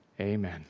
amen